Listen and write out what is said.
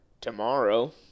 tomorrow